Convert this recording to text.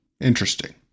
interesting